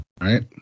right